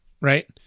right